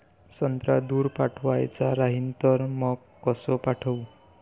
संत्रा दूर पाठवायचा राहिन तर मंग कस पाठवू?